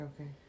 okay